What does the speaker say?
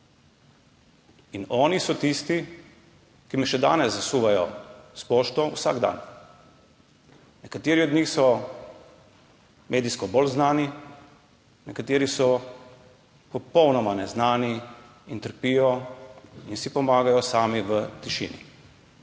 Oni so tisti, ki me še danes, vsak dan zasipavajo s pošto. Nekateri od njih so medijsko bolj znani, nekateri so popolnoma neznani in trpijo in si pomagajo sami v tišini.